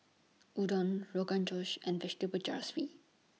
Udon Rogan Josh and Vegetable